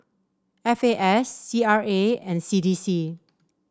F A S C R A and C D C